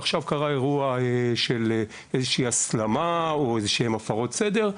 עכשיו קרה אירוע של הסלמה או הפרות סדר,